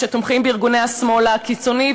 שתומכים בארגוני השמאל הקיצוני,